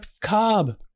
Cobb